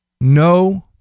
No